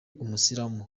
umusilamu